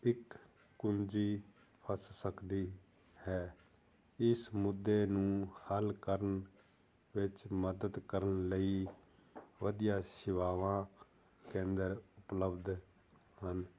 ਇੱਕ ਕੁੰਜੀ ਫਸ ਸਕਦੀ ਹੈ ਇਸ ਮੁੱਦੇ ਨੂੰ ਹੱਲ ਕਰਨ ਵਿੱਚ ਮਦਦ ਕਰਨ ਲਈ ਵਧੀਆ ਸੇਵਾਵਾਂ ਕੇਂਦਰ ਉਪਲਬਧ ਹਨ